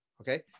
Okay